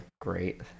Great